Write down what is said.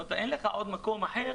אין מקום שאפשר